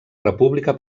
república